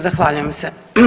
Zahvaljujem se.